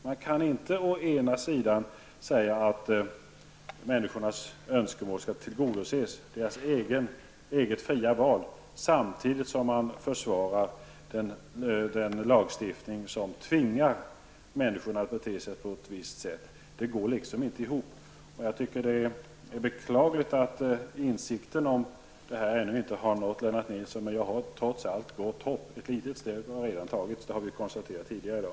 Man kan inte å ena sidan säga att människornas önskemål skall tillgodoses och att de skall ha ett eget fritt val och å andra sidan försvara den lagstiftning som tvingar människorna att bete sig på ett visst sätt. Det går inte ihop. Det är beklagligt att insikten om detta ännu inte har nått Lennart Nilsson. Jag har trots allt gott hopp. Ett litet steg har redan tagits. Det har vi konstaterat tidigare i dag.